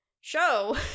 show